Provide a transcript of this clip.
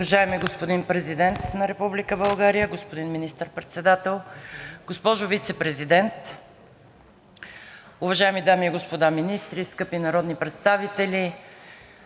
Уважаеми господин Президент на Република България, господин Министър-председател, госпожо Вицепрезидент, уважаеми дами и господа министри, скъпи народни представители,